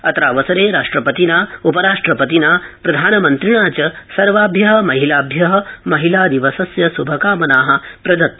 अत्रावसरे राष्ट्रपतिना उपराष्ट्रपतिना प्रधानमन्त्रिणा च सर्वाभ्य महिलाभ्य श्भकामना प्रदता